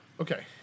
Okay